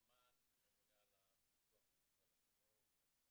אני הממונה על הביטוח במשרד החינוך.